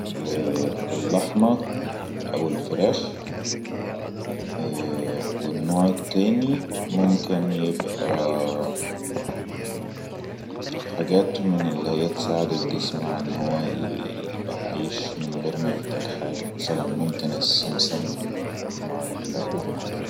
اللحمة او الفراخ ءء والنوع التاني